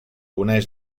uneix